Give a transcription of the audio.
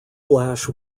splash